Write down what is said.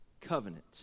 covenant